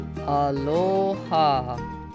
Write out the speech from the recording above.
Aloha